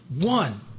one